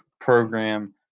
program